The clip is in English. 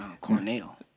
Cornell